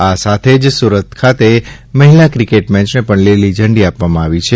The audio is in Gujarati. આ સાથે જ સૂરત ખાતે મહિલા ક્રિકેટ મેચને પણ લીલી ઝંડી આપવામાં આવી છે